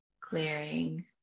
Clearing